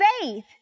faith